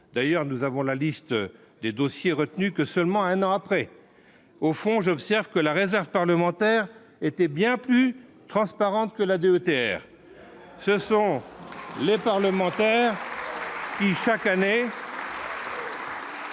d'ailleurs, nous avons la liste des dossiers retenus que seulement un an après, au fond, j'observe que la réserve parlementaire était bien plus transparente que la DETR. Ce sont les parlementaires qui chaque année.